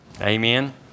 Amen